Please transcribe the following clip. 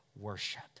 worship